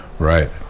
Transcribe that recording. Right